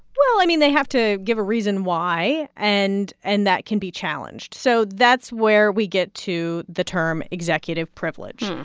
well, i mean, they have to give a reason why, and and that can be challenged. so that's where we get to the term executive privilege,